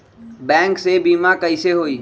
Bank से बिमा कईसे होई?